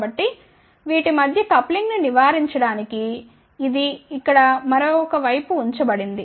కాబట్టి వీటి మధ్య కప్లింగ్ ను నివారించడానికి ఇది ఇక్కడ మరొక వైపు ఉంచబడింది